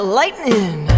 lightning